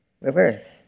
reverse